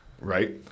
Right